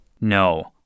No